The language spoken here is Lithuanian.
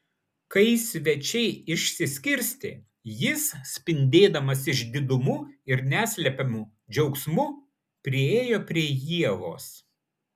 kai svečiai išsiskirstė jis spindėdamas išdidumu ir neslepiamu džiaugsmu priėjo prie ievos